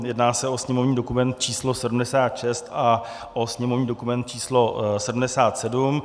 Jedná se o sněmovní dokument č. 76 a o sněmovní dokument č. 77.